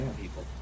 people